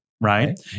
right